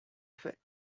fait